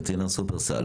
וטרינר שופרסל,